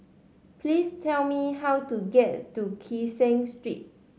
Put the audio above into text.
please tell me how to get to Kee Seng Street